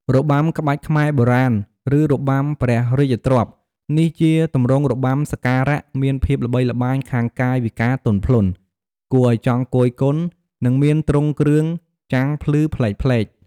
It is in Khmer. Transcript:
របាំក្បាច់ខ្មែរបុរាណ ឬ របាំព្រះរាជទ្រព្យនេះជាទម្រង់របាំសក្ការ:មានភាពល្បីល្បាញខាងកាយវិការទន់ភ្លន់ គួរឱ្យចង់គយគន់ និង មានទ្រង់គ្រឿងចាំងភ្លឺផ្លេកៗ។